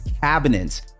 cabinets